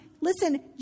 listen